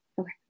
Okay